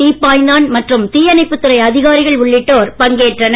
தீப்பாய்ந்தான் மற்றும் தீயணைப்புத்துறை அதிகாரிகள் உள்ளிட்டோர் பங்கேற்றனர்